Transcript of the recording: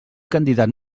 candidat